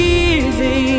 easy